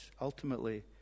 ultimately